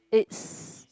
it's